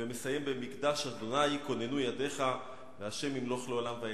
ומסיים: ב"מקדש אדני כוננו ידיך" ו"ה' ימלֹך לעֹלם ועד".